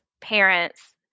parents